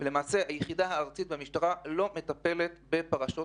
ללא הנחייה מקצועית הולמת וללא ראייה מערכתית לאומית ובין-לאומית.